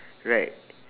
right